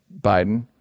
biden